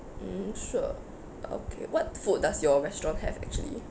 mm sure okay what food does your restaurant have actually